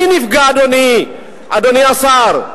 מי נפגע, אדוני השר?